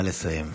נא לסיים.